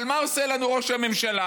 מה עושה לנו ראש הממשלה?